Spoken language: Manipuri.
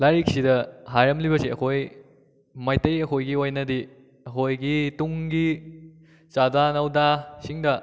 ꯂꯥꯏꯔꯤꯛꯁꯤꯗ ꯍꯥꯏꯔꯝꯂꯤꯕꯁꯤ ꯑꯩꯈꯣꯏ ꯃꯩꯇꯩ ꯑꯩꯍꯣꯏꯒꯤ ꯑꯣꯏꯅꯗꯤ ꯑꯩꯈꯣꯏꯒꯤ ꯇꯨꯡꯒꯤ ꯆꯥꯗꯥ ꯅꯧꯗꯥꯁꯤꯡꯗ